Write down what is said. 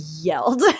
yelled